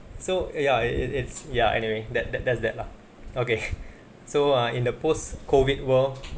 so ya it it it's ya anyway that that that's that lah okay so err in the post COVID world